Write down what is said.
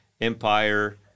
Empire